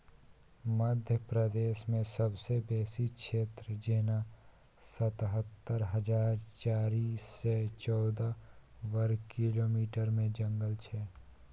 मध्य प्रदेशमे सबसँ बेसी क्षेत्र जेना सतहत्तर हजार चारि सय चौदह बर्ग किलोमीटरमे जंगल छै